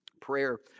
Prayer